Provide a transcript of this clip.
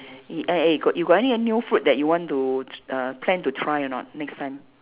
i~ eh eh got you got any new food that you want to t~ uh plan to try or not next time